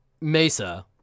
mesa